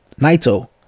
Naito